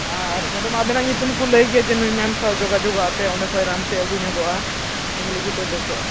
ᱟᱨ ᱢᱮᱰᱚᱢ ᱟᱵᱮᱱᱟᱜ ᱧᱩᱛᱩᱢ ᱠᱚ ᱞᱟᱹᱭ ᱜᱮᱭᱟ ᱱᱩᱭ ᱢᱮᱢ ᱥᱟᱶ ᱡᱳᱜᱟᱡᱳᱜᱽ ᱟᱯᱮ ᱚᱸᱰᱮᱠᱷᱚᱱ ᱨᱟᱱᱯᱮ ᱟᱹᱜᱩ ᱧᱚᱜᱚᱜᱼᱟ ᱛᱟᱦᱚᱞᱮ ᱜᱮᱯᱮ ᱵᱮᱥᱚᱜᱼᱟ